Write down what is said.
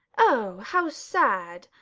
oh, how sad!